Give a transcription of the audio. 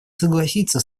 согласиться